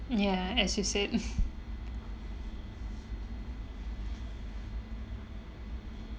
ya as you said